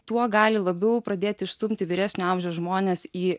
tuo gali labiau pradėti išstumti vyresnio amžiaus žmones į